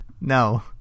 no